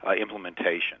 implementation